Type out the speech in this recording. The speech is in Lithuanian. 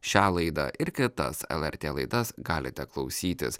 šią laidą ir kitas lrt laidas galite klausytis